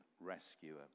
rescuer